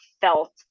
felt